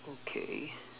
okay